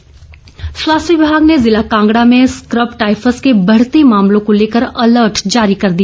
scrub typhus स्वास्थ्य विभाग ने जिला कांगड़ा में स्क्रब टायफस के बढ़ते मामलों को लेकर अलर्ट जारी कर दिया